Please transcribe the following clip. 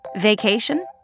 Vacation